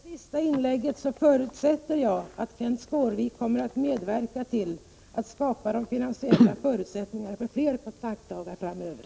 Herr talman! Efter det senaste inlägget förutsätter jag att Kenth Skårvik kommer att medverka till att skapa de finansiella förutsättningarna för fler kontaktdagar framöver.